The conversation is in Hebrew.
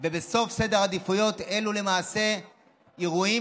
ובסוף סדר העדיפויות אלו למעשה אירועים,